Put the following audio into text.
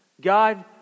God